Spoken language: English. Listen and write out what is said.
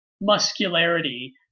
muscularity